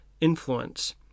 influence